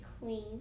Queen